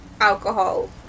alcohol